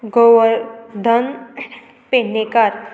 Govardhan Pednekar